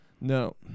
No